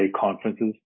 conferences